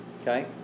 Okay